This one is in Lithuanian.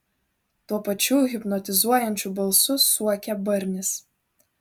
tuo pačiu hipnotizuojančiu balsu suokė barnis